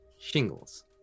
Shingles